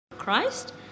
Christ